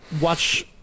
watch